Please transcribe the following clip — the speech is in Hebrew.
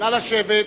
נא לשבת.